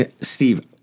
Steve